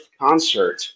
concert